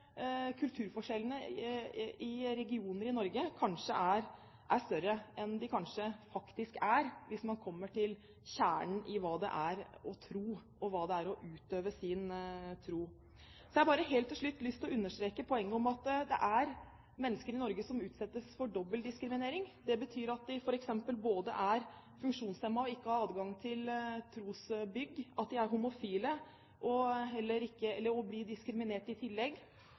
kulturforskjellene mellom regioner i Norge kanskje er større enn de faktisk er når man ser på kjernen i hva det er å tro, og hva det er å utøve sin tro. Jeg har helt til slutt lyst til å understreke poenget om at det er mennesker i Norge som utsettes for dobbel diskriminering. Det betyr at de f.eks. er funksjonshemmet og ikke har adgang til trosbygg, at de er homofile og blir diskriminert i tillegg, eller